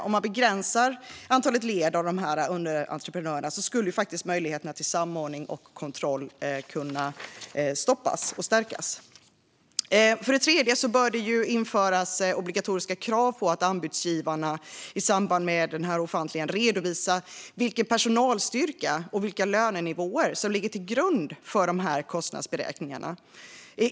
Om man begränsar antalet led av underentreprenörer skulle möjligheterna till samordning och kontroll kunna stärkas. För det tredje bör det införas obligatoriska krav på anbudsgivarna att de i samband med offentlig upphandling ska redovisa vilken personalstyrka och vilka lönenivåer som ligger till grund för deras kostnadsberäkningar.